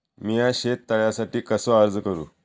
मीया शेत तळ्यासाठी कसो अर्ज करू?